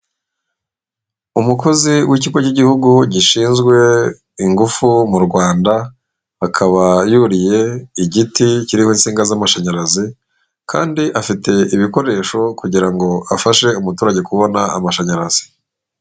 Umukozi w'ikigo cy'igihugu gishinzwe ingufu mu Rwanda, akaba yuriye igiti kiriho insinga z'amashanyarazi kandi afite ibikoresho kugira ngo afashe umuturage kubona amashanyarazi.